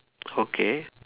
okay